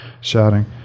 shouting